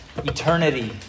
eternity